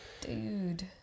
Dude